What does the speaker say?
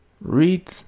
read